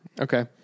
Okay